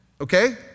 okay